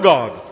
God